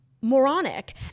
moronic